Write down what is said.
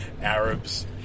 Arabs